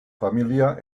familia